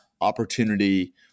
opportunity